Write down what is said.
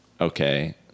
okay